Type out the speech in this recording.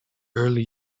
early